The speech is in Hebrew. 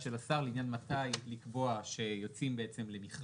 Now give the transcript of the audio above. של השר לעניין מתי לקבוע שיוצאים למכרז,